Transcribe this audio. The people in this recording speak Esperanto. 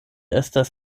estas